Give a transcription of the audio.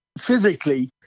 physically